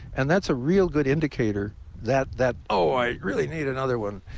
and that's a real good indicator that that, oh, i really need another one,